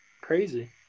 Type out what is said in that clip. Crazy